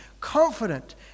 confident